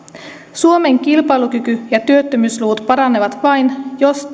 suomen kilpailukyky ja työttömyysluvut paranevat vain jos